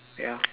wait ah